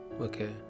okay